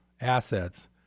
assets